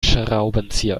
schraubenzieher